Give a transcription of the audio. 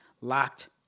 Locked